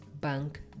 Bank